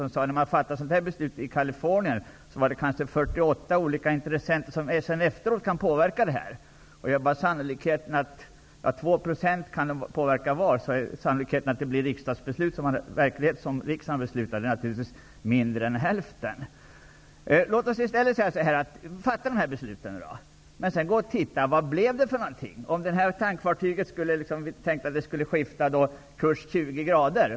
Han sade att när ett beslut av detta slag fattas i Kalifornien, finns kanske uppåt 48 olika intressenter som efteråt kan påverka. Sannolikheten att det blir som riksdagen har beslutat är i själva verket mindre än hälften. Vi fattar beslut. Men sedan måste vi se vad det blir av besluten. Vi kanske tänkte att tankfartyget skulle skifta kurs med 20 grader.